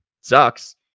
sucks